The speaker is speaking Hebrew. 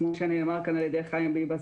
כמו שנאמר פה על ידי חיים ביבס,